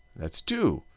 that's two.